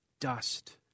dust